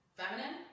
feminine